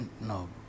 no